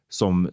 som